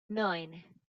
neun